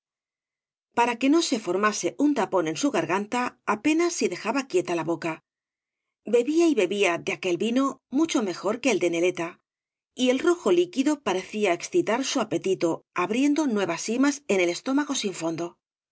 para que no se formase un tapón en su garganta apenas si dejaba quieta la bota bebía y bebía de aquel vico mucho mejor que el de neleta y el rojo liquido parecía excitar bu apetito abriendo nuevas simas en el estómago sin fondo sus